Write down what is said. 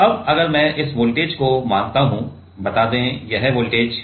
अब अगर मैं इस वोल्टेज को मानता हूं बता दें यह वोल्टेज Vi है